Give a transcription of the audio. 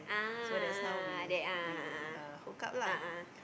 ah there a'ah a'ah